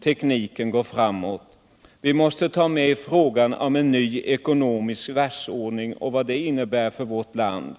tekniken går framåt. Vi måste också ta med frågan om en ny ekonomisk världsordning och vad det innebär för vårt land.